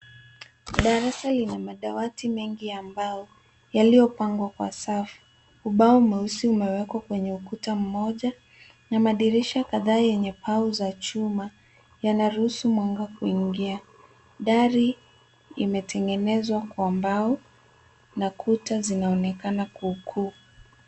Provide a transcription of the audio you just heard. Darasa lina madawati mengi ya mbao yaliyopangwa kwa safu. Ubao mweusi umewekwa kwenye ukuta mmoja na madirisha kadhaa yenye pau za chuma yanaruhusu mwanga kuingia. Dari imetengenezwa kwa mbao na kuta zinaonekana kuu kuu.